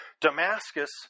Damascus